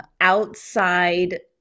outside